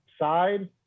side